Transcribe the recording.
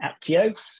Aptio